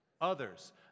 Others